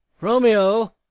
romeo